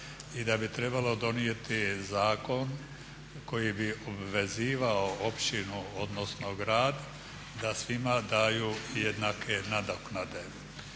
i da bi trebalo donijeti zakon koji bi obvezivao općinu odnosno grad da svima daju jednake nadoknade.